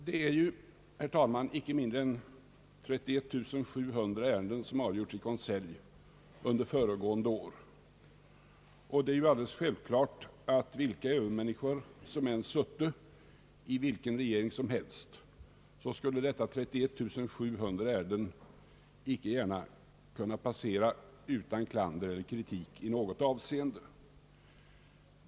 Det är ju, herr talman, icke mindre än 31700 ärenden som har avgjorts i konselj under föregående år, och det är alldeles självklart, att vilka övermänniskor som än sutte i vilken regering som helst så skulle dessa 31 700 ärenden icke gärna kunna passera uian klander eller kritik i något avseende.